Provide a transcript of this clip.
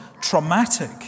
traumatic